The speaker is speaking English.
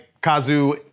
Kazu